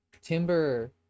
timber